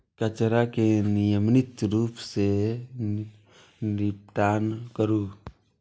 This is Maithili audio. कचरा के नियमित रूप सं निपटान करू